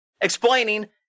explaining